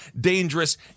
dangerous